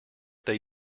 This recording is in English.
they